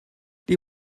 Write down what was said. die